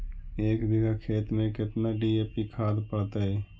एक बिघा खेत में केतना डी.ए.पी खाद पड़तै?